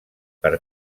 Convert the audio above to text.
per